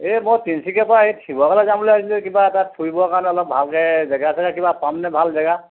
এই মই তিনচুকীয়াৰ পৰা শিৱসাগৰলৈ যাম বুলি ভাবিছিলোঁ কিবা এটাত ফুৰিবৰ কাৰণে অলপ ভালকৈ জেগা চেগা কিবা পামনে ভাল জেগা